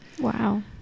Wow